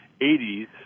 80s